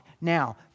Now